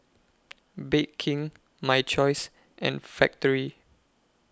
Bake King My Choice and Factorie